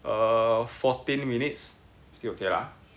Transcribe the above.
err fourteen minutes still okay lah